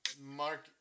Mark